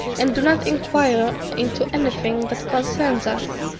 and do not inquire into anything that concerns us,